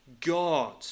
god